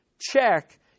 check